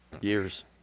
years